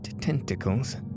tentacles